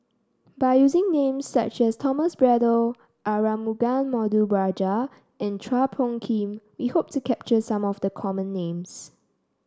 by using names such as Thomas Braddell Arumugam Ponnu Rajah and Chua Phung Kim we hope to capture some of the common names